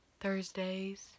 thursdays